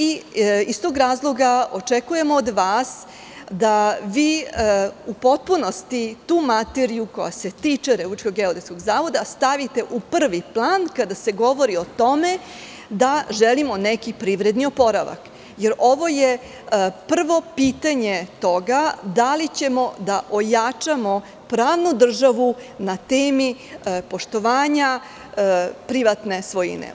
Iz tog razloga očekujemo od vas da u potpunosti tu materiju koja se tiče Republičkog geodetskog zavoda stavite u prvi plan kada se govori o tome da želimo neki privredni oporavak, jer ovo je prvo pitanje toga da li ćemo da ojačamo pravnu državu na temi poštovanja privatne svojine.